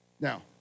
Now